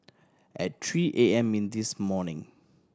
at three A M in this morning